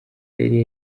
yari